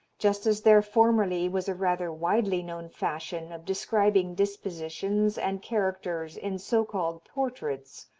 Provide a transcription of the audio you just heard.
just as there formerly was a rather widely-known fashion of describing dispositions and characters in so-called portraits,